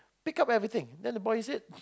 pick up everything then the boy said